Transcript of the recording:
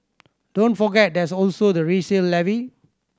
don't forget there's also the resale levy